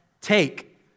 Take